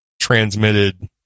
transmitted